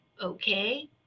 okay